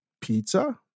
Pizza